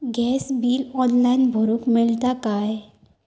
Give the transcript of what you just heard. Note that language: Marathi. गॅस बिल ऑनलाइन भरुक मिळता काय?